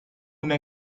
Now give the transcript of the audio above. una